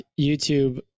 YouTube